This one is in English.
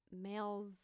male's